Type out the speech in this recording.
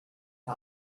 you